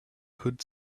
good